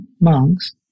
monks